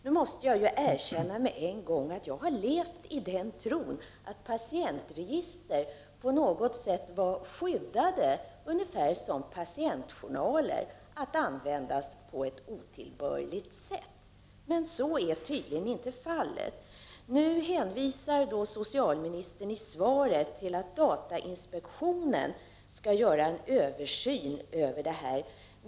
Jag måste med en gång erkänna att jag har levt i tron att patientregister, ungefär som patientjournaler, på något sätt skulle vara skyddat från otillbörlig användning. Men så är tydligen inte fallet. Socialministern hänvisade i sitt svar till att datainspektionen skall göra en översyn.